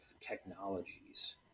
technologies